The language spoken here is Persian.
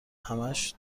همش